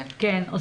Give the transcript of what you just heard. כן.